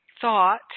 thought